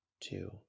two